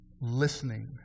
Listening